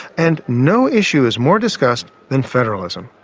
and no issue is more discussed than federalism.